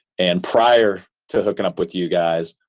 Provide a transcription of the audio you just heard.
and prior to hooking up with you guys,